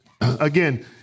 Again